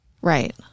Right